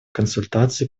консультаций